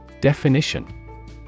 Definition